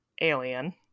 alien